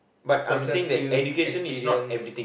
personal skills experience